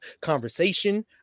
conversation